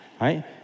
right